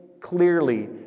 clearly